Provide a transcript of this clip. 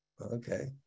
okay